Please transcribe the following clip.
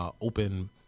open